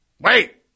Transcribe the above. Wait